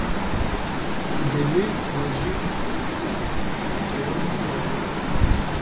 nedideli maži ūsiukai tačiau yra ūsiukai